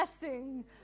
blessing